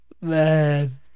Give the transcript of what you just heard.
Man